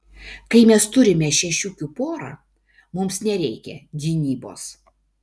kai mes turime šešiukių porą mums nereikia gynybos